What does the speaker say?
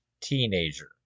teenager